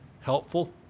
helpful